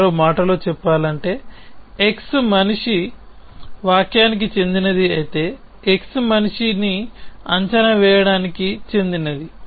మరో మాటలో చెప్పాలంటే x మనిషి వ్యాఖ్యానానికి చెందినది అయితే x మనిషిని అంచనా వేయడానికి చెందినది